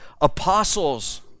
apostles